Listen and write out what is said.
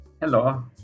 Hello